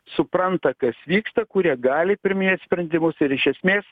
supranta kas vyksta kurie gali priiminėt sprendimus ir iš esmės